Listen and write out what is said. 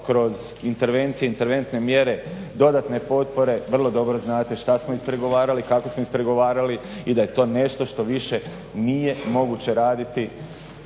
kroz intervencije, interventne mjere, dodatne potpore vrlo dobro znate šta smo ispregovarali, kako smo ispregovarali i da je to nešto što više nije moguće raditi.